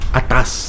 atas